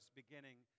beginning